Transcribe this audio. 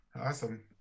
Awesome